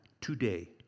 today